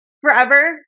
forever